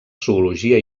zoologia